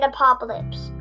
Apocalypse